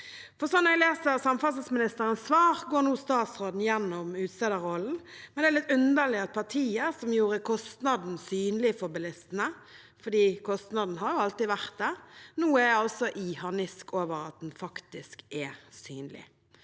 til. Slik jeg leser samferdselsministerens svar, går nå statsråden gjennom utstederrollen. Det er litt underlig at partiet som gjorde kostnaden synlig for bilistene, for kostnaden har alltid vært der, nå er i harnisk over at den faktisk er synlig.